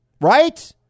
Right